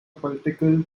political